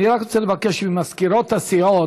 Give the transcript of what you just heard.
אני רק רוצה לבקש ממזכירות הסיעות,